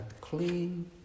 clean